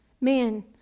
Man